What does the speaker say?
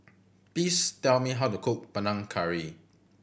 please tell me how to cook Panang Curry